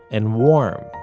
and warm,